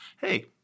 Hey